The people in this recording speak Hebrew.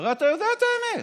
הרי אתה יודע את האמת.